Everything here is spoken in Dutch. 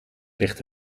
ligt